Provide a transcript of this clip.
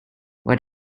what